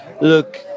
look